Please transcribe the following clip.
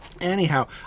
Anyhow